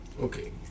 Okay